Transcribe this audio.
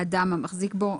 אדם המחזיק בו,